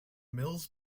mills